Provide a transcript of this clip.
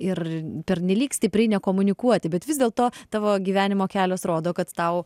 ir pernelyg stipriai nekomunikuoti bet vis dėlto tavo gyvenimo kelias rodo kad tau